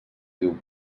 diu